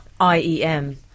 IEM